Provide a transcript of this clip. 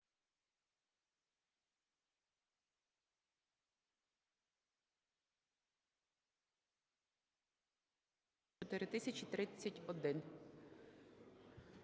Дякую.